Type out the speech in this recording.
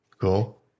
Cool